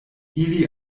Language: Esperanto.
ili